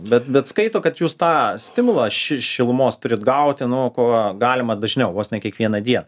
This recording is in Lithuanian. bet bet skaito kad jūs tą stimulą ši šilumos turit gauti nu kuo galima dažniau vos ne kiekvieną dieną